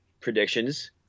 predictions